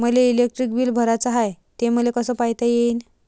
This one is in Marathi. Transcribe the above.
मले इलेक्ट्रिक बिल भराचं हाय, ते मले कस पायता येईन?